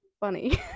Funny